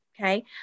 okay